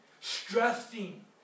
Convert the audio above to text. stressing